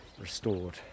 restored